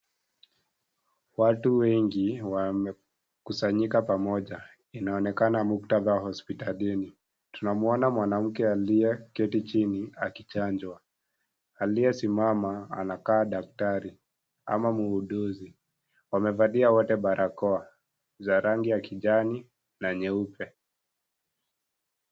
Watu wengi wamekusanyika pamoja , unaonekana muktadha wa hosiptalini ,tunamwona mwanamke aliyeketi chini akichanjwa aliyesimama anakaa daktari ama muuguzi wamevalia wote barakoa za rangi ya kijani na nyeupe .